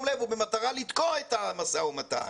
לב אלא הוא במטרה לתקוע את המשא ומתן.